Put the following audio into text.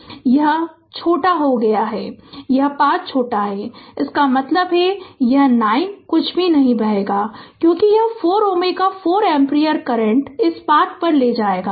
अब यह छोटा हो गया है यह पाथ छोटा है इसका मतलब है कि यह 9 कुछ भी नहीं बहेगा क्योंकि यह 4 Ω 4 एम्पीयर करंट इस पाथ पर ले जाएगा